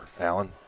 alan